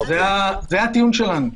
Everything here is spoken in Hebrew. זה הטיעון שלנו.